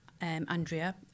Andrea